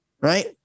Right